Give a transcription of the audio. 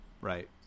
right